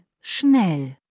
Schnell